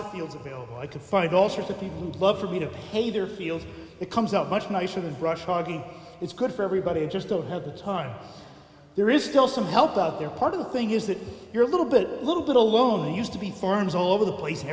of fields i could find all sorts of people who'd love for me to pay their fields it comes out much nicer than rush hardy it's good for everybody i just don't have the time there is still some help out there part of the thing is that you're a little bit little bit alone used to be farms all over the place and